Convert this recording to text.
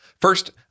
First